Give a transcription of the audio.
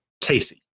casey